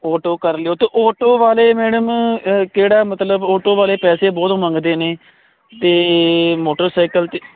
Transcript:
auto ਕਰ ਲਿਓ ਤੇ ਆਟੋ ਵਾਲੇ ਮੈਡਮ ਕਿਹੜਾ ਮਤਲਬ ਆਟੋ ਵਾਲੇ ਪੈਸੇ ਬਹੁਤ ਮੰਗਦੇ ਨੇ ਤੇ ਮੋਟਰਸਾਈਕਲ ਤੇ